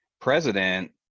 president